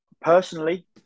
Personally